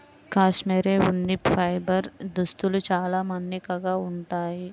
cashmere ఉన్ని fibre దుస్తులు చాలా మన్నికగా ఉంటాయి